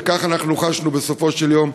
וככה אנחנו חשנו בסוף היום,